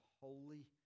holy